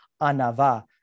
anava